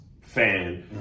fan